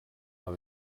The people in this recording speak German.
habe